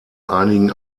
einigen